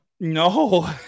No